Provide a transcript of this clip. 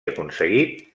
aconseguit